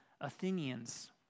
Athenians